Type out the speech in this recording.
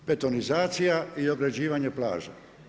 Betonizacija i ograđivanje plaža.